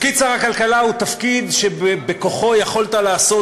תפקיד שר הכלכלה הוא תפקיד שבכוחו יכולת לעשות